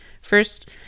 First